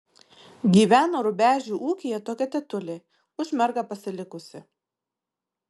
gyveno rubežių ūkyje tokia tetulė už mergą pasilikusi